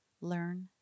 learn